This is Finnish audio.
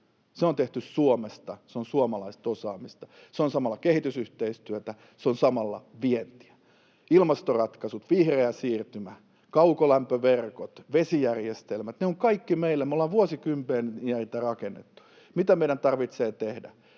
Se on tehty Suomessa, se on suomalaista osaamista. Se on samalla kehitysyhteistyötä, se on samalla vientiä. Ilmastoratkaisut, vihreä siirtymä, kaukolämpöverkot, vesijärjestelmät, niitä kaikkia on meillä vuosikymmeniä rakennettu. Mitä meidän tarvitsee tehdä?